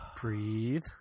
Breathe